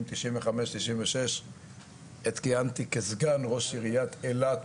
1995-1996 עת כיהנתי כסגן ראש עיריית אילת,